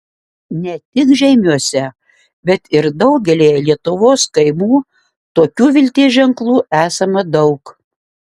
ne tik žeimiuose bet ir daugelyje lietuvos kaimų tokių vilties ženklų esama daug